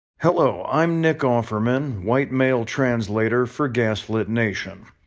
hello, i'm nick offerman. white male translator for gaslit nation.